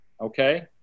Okay